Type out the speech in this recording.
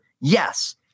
yes